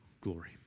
glory